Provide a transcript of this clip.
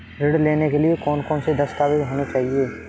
ऋण लेने के लिए कौन कौन से दस्तावेज होने चाहिए?